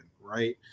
Right